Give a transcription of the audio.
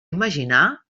imaginar